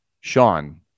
Sean